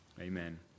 Amen